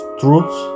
truth